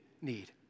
need